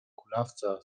kulawca